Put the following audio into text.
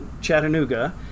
Chattanooga